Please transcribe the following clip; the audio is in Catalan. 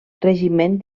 regiment